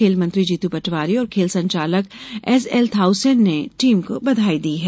खेलमंत्री जीतू पटवारी और खेल संचालक एसएल थाउसेन ने टीम को बधाई दी है